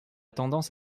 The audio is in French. tendance